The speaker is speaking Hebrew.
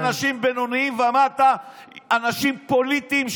אלה אנשים בינוניים ומטה, אנשים פוליטיים.